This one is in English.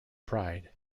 pride